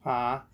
!huh!